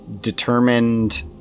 determined